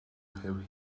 have